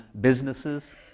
businesses